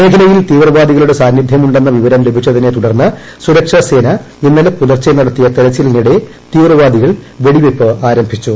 മേഖലയിൽ തീവ്രവാദികളുടെ സാന്നിധ്യമുണ്ടെന്ന വിവരം ലഭിച്ചതിനെത്തുടർന്ന് സുരക്ഷാസേന ഇന്നലെ പുലർച്ചെ നടത്തിയ തെരച്ചിലിനിടെ തീവ്രവാദികൾ വെടിവയ്പ് ആരംഭിച്ചു